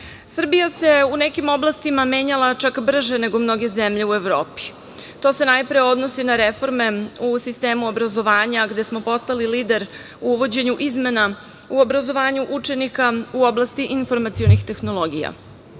zemlja. Srbija se u nekim oblastima menjala, čak brže nego mnoge zemlje u Evropi. To se najpre odnosi na reforme u sistemu obrazovanja gde smo postali lider u uvođenju izmena u obrazovanju učenika u oblasti informacionih tehnologija. Takođe,